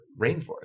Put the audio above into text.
Rainforest